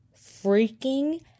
freaking